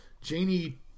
Janie